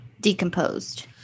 decomposed